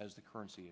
as the currency